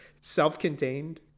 self-contained